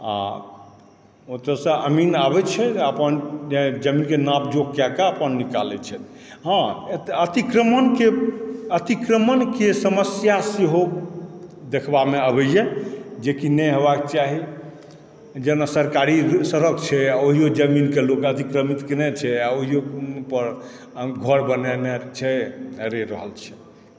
आ ओतसँ अमीन आबैत छै अपन जमीनके नापजोख कएकऽ अपन निकालति छथि हँ अतिक्रमणके समस्या सेहो देखबामे अबय यऽ जेकि नहि हेबाक चाही